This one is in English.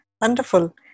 Wonderful